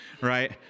right